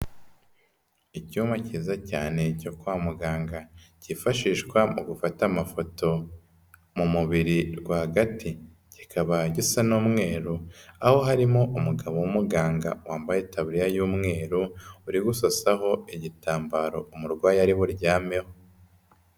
Icyuma kiza cyane cyo kwa muganga kifashishwa mu gufata amafoto mu mubiri rwagati, kikaba gisa n'umweru aho harimo umugabo w'umuganga wambaye itaburiya y'umweru uri gusasaho igitambaro umurwayi ari buryameho.